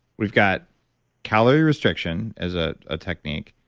we've got calorie restriction as a ah technique,